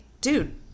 dude